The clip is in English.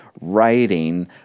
writing